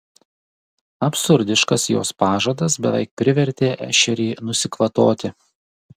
absurdiškas jos pažadas beveik privertė ešerį nusikvatoti